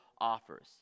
offers